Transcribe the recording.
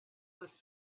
was